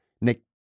Nick